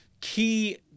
key